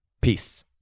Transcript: peace